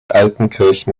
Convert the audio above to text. altenkirchen